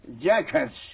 jackets